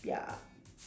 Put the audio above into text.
ya